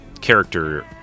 character